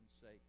sake